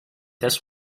this